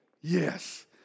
Yes